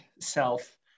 self